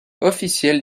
officielle